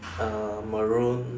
err maroon